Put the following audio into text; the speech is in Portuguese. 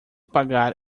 pagar